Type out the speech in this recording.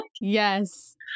yes